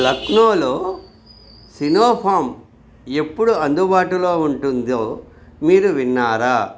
లక్నోలో సినోఫార్మ్ ఎప్పుడు అందుబాటులో ఉంటుందో మీరు విన్నారా